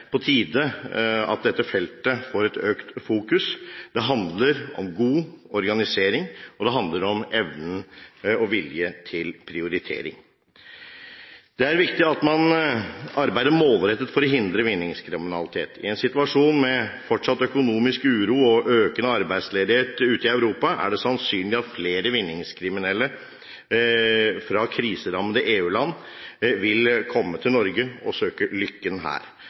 på tide at dette feltet får et økt fokus. Det handler om god organisering, og det handler om evne og vilje til prioritering. Det er viktig at man arbeider målrettet for å hindre vinningskriminalitet. I en situasjon med fortsatt økonomisk uro og økende arbeidsledighet ute i Europa er det sannsynlig at flere vinningskriminelle fra kriserammede EU-land vil komme til Norge og søke lykken her.